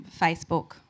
Facebook